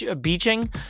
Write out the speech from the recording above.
beaching